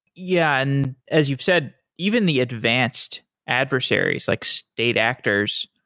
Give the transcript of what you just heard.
yeah, and as you've said, even the advanced adversaries, like state actors,